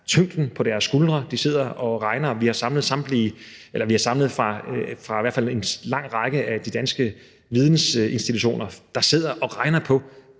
tyngden på deres skuldre, de sidder og regner. Vi har samlet folk fra en lang række af de danske vidensinstitutioner, og de sidder og regner på